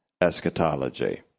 eschatology